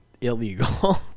illegal